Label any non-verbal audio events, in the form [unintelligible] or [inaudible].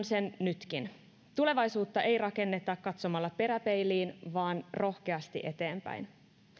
[unintelligible] sen nytkin tulevaisuutta ei rakenneta katsomalla peräpeiliin vaan rohkeasti eteenpäin